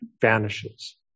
vanishes